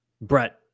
Brett